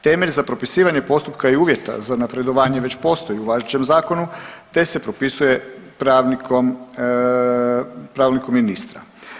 Temelj za propisivanje postupka i uvjeta za napredovanje već postoji u važećem zakonu, te se propisuje pravilnikom ministra.